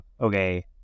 okay